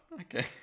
Okay